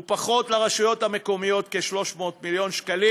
ופחות, כ-300 מיליון שקלים,